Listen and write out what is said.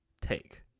take